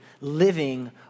living